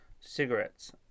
Cigarettes